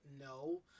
no